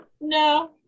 no